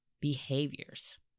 behaviors